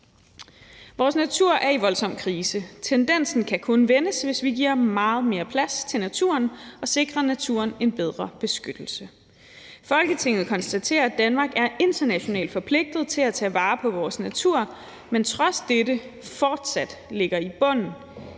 »Vores natur er i voldsom krise. Tendensen kan kun vendes, hvis vi giver mere plads til naturen og sikrer naturen en bedre beskyttelse. Folketinget konstaterer, at Danmark er internationalt forpligtet til at tage vare på vores natur, men trods dette fortsat ligger i bunden